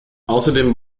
außerdem